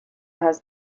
has